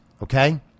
Okay